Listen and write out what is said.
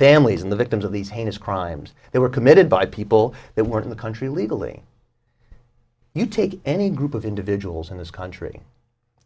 families of the victims of these heinous crimes that were committed by people that were in the country illegally you take any group of individuals in this country